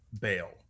bail